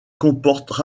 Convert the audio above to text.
comportent